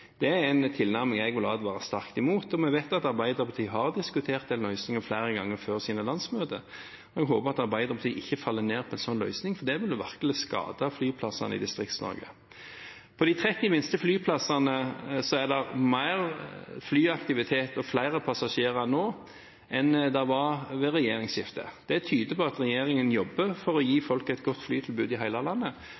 Det er en tilnærming jeg vil advare sterkt mot. Vi vet at Arbeiderpartiet har diskutert den løsningen flere ganger før sine landsmøter. Vi håper at Arbeiderpartiet ikke faller ned på en sånn løsning. Det ville virkelig skade flyplassene i Distrikts-Norge. På de 30 minste flyplassene er det mer flyaktivitet og flere passasjerer nå enn det var ved regjeringsskiftet. Det tyder på at regjeringen jobber for å gi